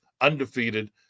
undefeated